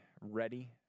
ready